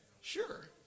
Sure